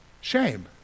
shame